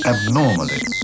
Abnormally